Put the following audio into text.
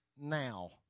now